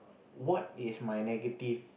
what is my negative